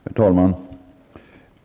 Herr talman!